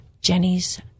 Jenny's